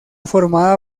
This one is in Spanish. formada